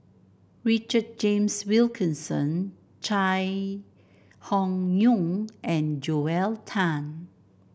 Richard James Wilkinson Chai Hon Yoong and Joel Tan